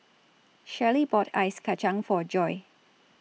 Shellie bought Ice Kacang For Joi